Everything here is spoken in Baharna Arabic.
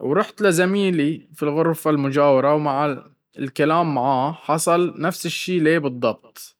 وروحت الى زميلي في الغرفة المجاورة ومع الكلام معاه حصل نفس الشي له بالضبط.